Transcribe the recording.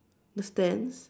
the stands